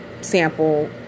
sample